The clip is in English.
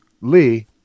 Lee